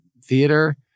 theater